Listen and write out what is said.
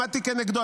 עמדתי כנגדו.